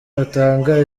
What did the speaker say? batanga